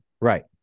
Right